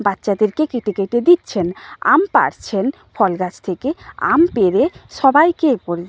বাচ্চাদেরকে কেটে কেটে দিচ্ছেন আম পাড়ছেন ফল গাছ থেকে আম পেড়ে সবাইকে এ কর